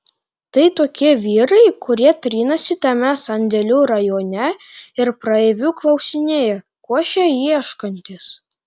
tai tokie vyrai kurie trinasi tame sandėlių rajone ir praeivių klausinėja ko šie ieškantys